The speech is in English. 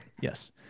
Yes